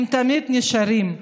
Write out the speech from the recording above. הם תמיד נשארים,